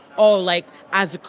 oh, like, as,